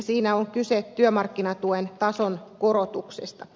siinä on kyse työmarkkinatuen tason korotuksesta